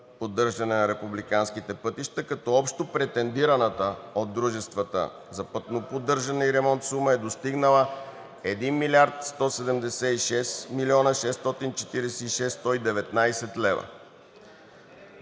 поддържане на републиканските пътища, като общо претендираната сума от дружествата за пътно поддържане и ремонт е достигнала 1 млрд. 176 млн. 646 хил.